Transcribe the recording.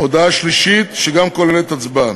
הודעה שלישית, שגם כוללת הצבעה.